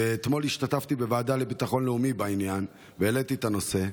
ואתמול השתתפתי בוועדה לביטחון לאומי בעניין והעליתי את הנושא: